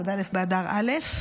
י"א באדר א'